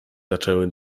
zaczęły